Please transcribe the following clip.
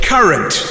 Current